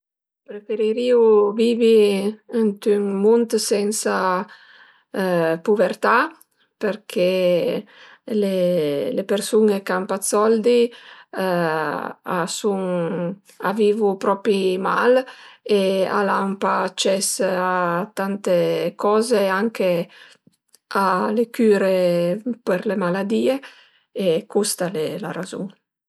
Preferirìu vivi ënt ün mund sensa puvertà përché le persun-e ch'an pa 'd soldi a sun a vivu propi mal e al an pa acès a tante coze anche a le cüre per le maladìe e custa al e la razun